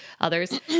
others